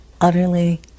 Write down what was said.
utterly